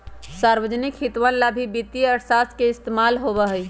सार्वजनिक हितवन ला ही वित्तीय अर्थशास्त्र के इस्तेमाल होबा हई